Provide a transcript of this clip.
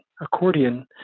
accordion